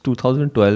2012